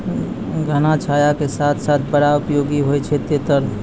घना छाया के साथ साथ बड़ा उपयोगी होय छै तेतर